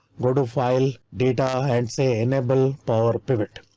go to file data and say enable powerpivot.